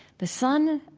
the son